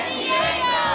Diego